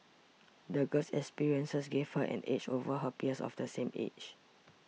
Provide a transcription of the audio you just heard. the girl's experiences gave her an edge over her peers of the same age